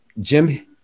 Jim